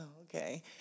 okay